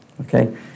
Okay